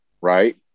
right